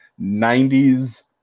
90s